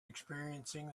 experiencing